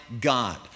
God